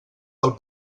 del